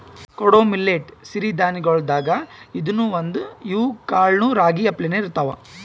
ಕೊಡೊ ಮಿಲ್ಲೆಟ್ ಸಿರಿ ಧಾನ್ಯಗೊಳ್ದಾಗ್ ಇದೂನು ಒಂದು, ಇವ್ ಕಾಳನೂ ರಾಗಿ ಅಪ್ಲೇನೇ ಇರ್ತಾವ